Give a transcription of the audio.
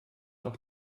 auch